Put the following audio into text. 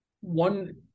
one